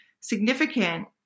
significant